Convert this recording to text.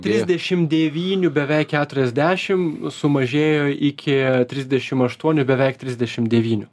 trisdešim devynių beveik keturiasdešim sumažėjo iki trisdešim aštuonių beveik trisdešim devynių